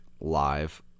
live